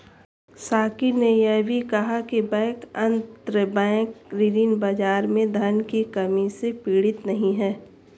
साकी ने यह भी कहा कि बैंक अंतरबैंक ऋण बाजार में धन की कमी से पीड़ित नहीं हैं